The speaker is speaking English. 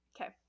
Okay